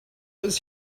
was